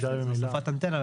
נוספת אנטנה,